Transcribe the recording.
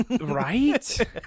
Right